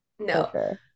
no